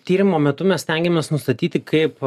tyrimo metu mes stengiamės nustatyti kaip